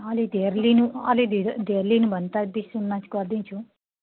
अलिक धेर लिनु अलि धि धेर लिनु भने त बिस उन्नाइस गरिदिन्छु